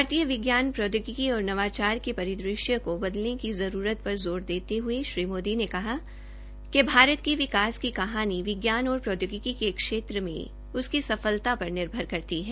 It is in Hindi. भारतीय विज्ञान प्रौदयोगिकी और नवाचार के परिदृश्य में बदलने की जरूरत पर जोर देते हये श्री मोदी ने कहा कि भारत के विकास की कहानी विज्ञान और प्रौद्योगिकी के क्षेत्र में उसकी सफलता पर निर्भर करती है